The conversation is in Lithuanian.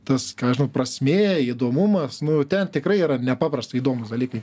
tas ką aš žinau prasmė įdomumas nu ten tikrai yra nepaprastai įdomūs dalykai